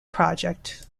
project